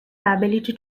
ability